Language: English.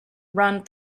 run